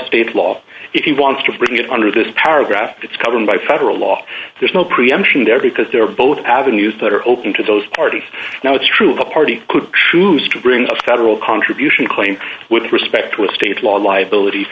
state law if he wants to bring it under this paragraph it's governed by federal law there's no preemption there because they're both avenues that are open to those parties now it's true the party could choose to bring a federal contribution claim with respect to a state law liability